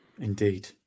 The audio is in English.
indeed